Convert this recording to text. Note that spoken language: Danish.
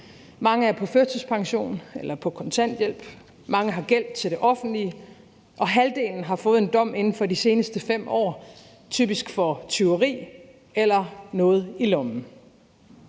Mange er på førtidspension eller på kontanthjælp. Mange har gæld til det offentlige, og halvdelen har fået en dom inden for de seneste 5 år, typisk for tyveri eller noget i lommen.